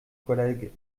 collègue